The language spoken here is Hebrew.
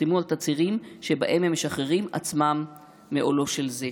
יחתמו על תצהירים שבהם הם משחררים עצמם מעולו של זה.